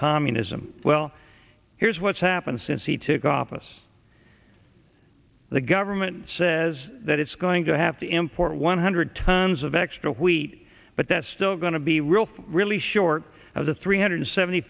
communism well here's what's happened since he took office the government says that it's going to have to import one hundred tons of extra wheat but that's still going to be real really short of the three hundred seventy